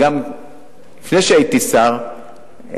לפני שהייתי שר,